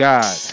God